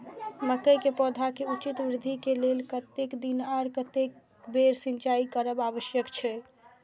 मके के पौधा के उचित वृद्धि के लेल कतेक दिन आर कतेक बेर सिंचाई करब आवश्यक छे?